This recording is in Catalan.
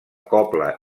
cobla